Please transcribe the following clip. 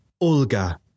Olga